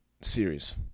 series